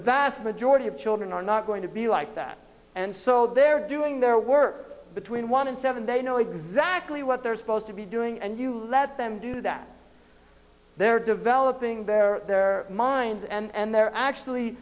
vast majority of children are not going to be like that and so they're doing their work between one and seven they know exactly what they're supposed to be doing and you let them do that they're developing their their minds and they're actually